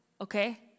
okay